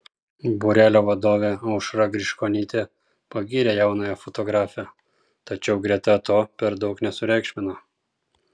būrelio vadovė aušra griškonytė pagyrė jaunąją fotografę tačiau greta to per daug nesureikšmino